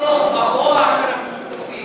אדוני השר, אתה קרן אור ברוע שבו אנחנו מוקפים.